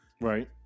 right